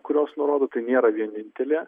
kurios nurodo tai nėra vienintelė